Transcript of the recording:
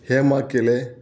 हे मा केले